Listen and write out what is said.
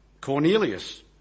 Cornelius